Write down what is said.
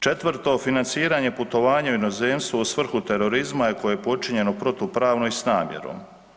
Četvrto, financiranje putovanja u inozemstvo u svrhu terorizma koje je počinjeno protupravno i s namjerom.